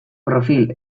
profil